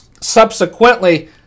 subsequently